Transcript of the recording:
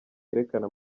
yerekana